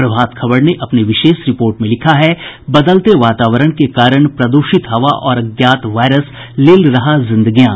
प्रभात खबर ने अपनी विशेष रिपोर्ट में लिखा है बदलते वातावरण के कारण प्रदूषित हवा और अज्ञात वायरस लील रहा जिंदगियां